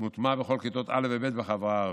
מוטמע בכל כיתות א' וב' בחברה הערבית.